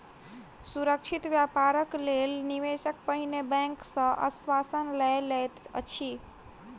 सुरक्षित व्यापारक लेल निवेशक पहिने बैंक सॅ आश्वासन लय लैत अछि